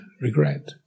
regret